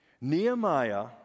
Nehemiah